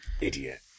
Idiot